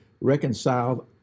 reconciled